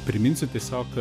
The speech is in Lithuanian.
priminsiu tiesiog